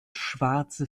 schwarze